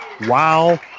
wow